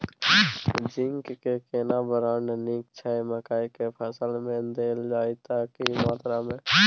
Zinc के केना brand नीक छैय मकई के फसल में देल जाए त की मात्रा में?